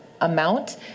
amount